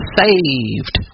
saved